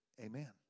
Amen